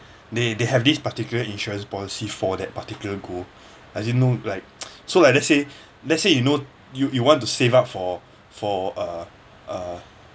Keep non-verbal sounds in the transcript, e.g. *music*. they they have this particular insurance policy for that particular goal *breath* as you know like *noise* so like let's say *breath* let's say you know you you want to save up for for uh uh